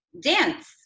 dance